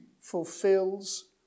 fulfills